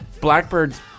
Blackbird's